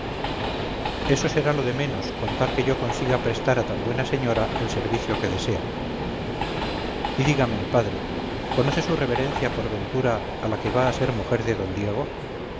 eso será lo de menos con tal que yo consiga prestar a tan buena señora el servicio que desea y dígame padre conoce su reverencia por ventura a la que va a ser mujer de d diego